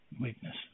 Weakness